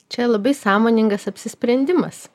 čia labai sąmoningas apsisprendimas